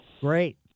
Great